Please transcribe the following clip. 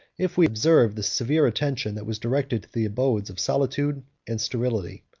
if we observe the severe attention that was directed to the abodes of solitude and sterility.